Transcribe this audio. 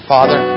Father